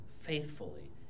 faithfully